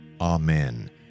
Amen